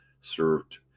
served